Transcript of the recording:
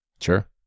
Sure